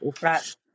Right